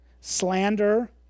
Slander